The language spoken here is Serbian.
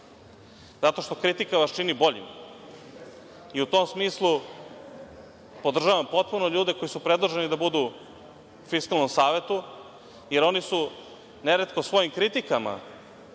zato što kritika vas čini boljim.U tom smislu, podržavam potpuno ljude koji su predloženi da budu u Fiskalnom savetu, jer oni su neretko svojim kritikama